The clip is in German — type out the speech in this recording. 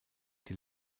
die